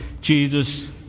Jesus